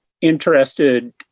interested